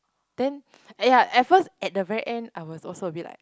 then !aiya! at first at the very end I was also a bit like